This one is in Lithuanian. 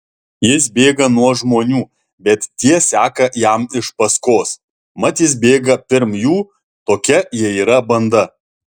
jis bėga nuo žmonių bet tie seka jam iš paskos mat jis bėga pirm jų tokia jie yra banda